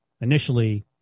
initially